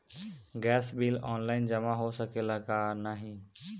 Gas bill online जमा हो सकेला का नाहीं?